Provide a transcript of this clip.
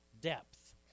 depth